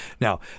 Now